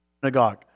synagogue